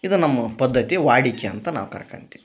ಇದು ನಮ್ಮ ಪದ್ಧತಿ ವಾಡಿಕೆ ಅಂತ ನಾವು ಕರ್ಕಂತಿವಿ